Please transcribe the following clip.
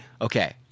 okay